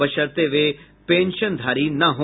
बशर्ते वे पेंशनधारी न हो